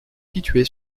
située